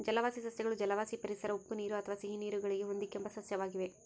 ಜಲವಾಸಿ ಸಸ್ಯಗಳು ಜಲವಾಸಿ ಪರಿಸರ ಉಪ್ಪುನೀರು ಅಥವಾ ಸಿಹಿನೀರು ಗಳಿಗೆ ಹೊಂದಿಕೆಂಬ ಸಸ್ಯವಾಗಿವೆ